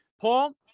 Paul